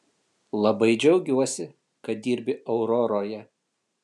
labai džiaugiuosi kad dirbi auroroje